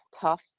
tough